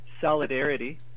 solidarity